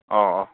ꯑꯣ ꯑꯣ